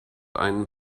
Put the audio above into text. einen